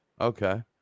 Okay